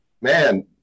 man